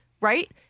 right